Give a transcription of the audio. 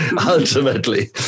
ultimately